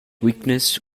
weakness